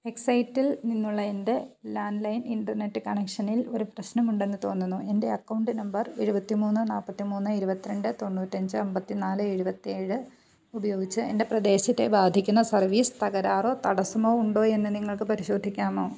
എക്സൈറ്റിൽ നിന്നുള്ള എൻ്റെ landline internet കണക്ഷനിൽ ഒരു പ്രശ്നമുണ്ടെന്ന് തോന്നുന്നു എൻ്റെ അക്കൗണ്ട് നമ്പർ എഴുപത്തിമൂന്ന് നാല്പ്പത്തിമൂന്ന് ഇരുപത്തിരണ്ട് തൊണ്ണൂറ്റിയഞ്ച് അമ്പത്തിന്നാല് എഴുപത്തിയേഴ് ഉപയോഗിച്ച് എൻ്റെ പ്രദേശത്തെ ബാധിക്കുന്ന സർവ്വീസ് തകരാറോ തടസ്സമോ ഉണ്ടോയെന്ന് നിങ്ങൾക്ക് പരിശോധിക്കാമോ